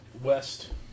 West